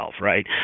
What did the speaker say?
right